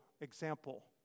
example